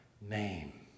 name